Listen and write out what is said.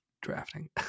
drafting